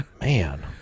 man